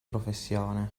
professione